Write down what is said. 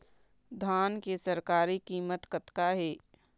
धान के सरकारी कीमत कतका हे?